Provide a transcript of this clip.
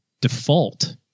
default